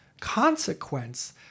consequence